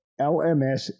LMS